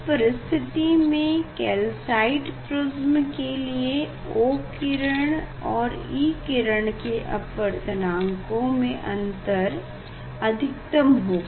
इस परिस्थिति में कैल्साइट पदार्थ के लिए O किरण और E किरण के अपवर्तनांकों में अंतर अधिकतम होगा